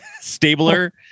Stabler